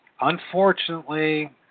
unfortunately